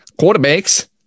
quarterbacks